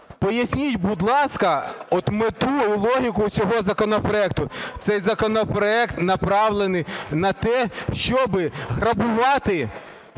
Поясніть, будь ласка, мету і логіку цього законопроекту. Цей законопроект направлений на те, щоб грабувати